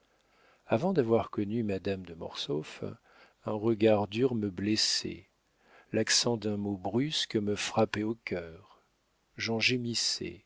avant d'avoir connu madame de mortsauf un regard dur me blessait l'accent d'un mot brusque me frappait au cœur j'en